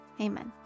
Amen